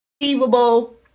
achievable